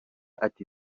ati